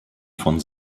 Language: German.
von